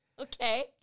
Okay